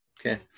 Okay